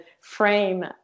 frame